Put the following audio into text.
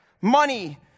money